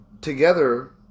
together